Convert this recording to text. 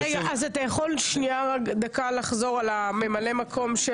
אתה יכול לחזור על ממלאי המקום?